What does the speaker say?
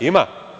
Ima.